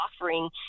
offering